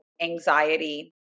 anxiety